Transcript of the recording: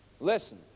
Listen